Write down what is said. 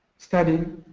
study,